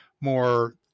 more